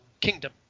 kingdom